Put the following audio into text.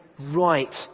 right